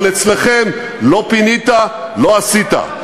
אבל אצלכם: לא פינית, לא עשית.